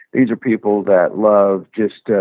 these are people that love just, ah